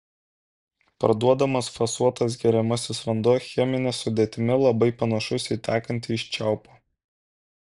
parduodamas fasuotas geriamasis vanduo chemine sudėtimi labai panašus į tekantį iš čiaupo